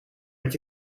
met